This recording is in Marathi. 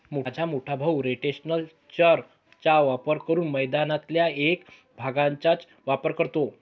माझा मोठा भाऊ रोटेशनल चर चा वापर करून मैदानातल्या एक भागचाच वापर करतो